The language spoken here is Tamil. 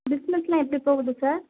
பிஸ்னஸ்ஸெலாம் எப்படி போகுது சார்